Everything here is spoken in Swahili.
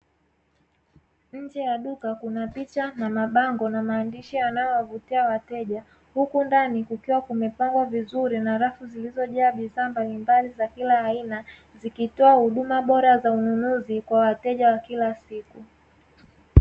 Nje ya duka kunapicha na mabango na maandishi yanayovutia wateja huku ndani kukiwa kumepangwa vizuri na rafu zilizojaa bidhaa mbalimbali za kila aina zikitoa huduma bora za ununuzi Kwa wateja wa kila siku.